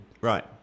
Right